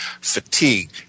fatigue